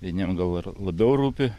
vieniem gal ir labiau rūpi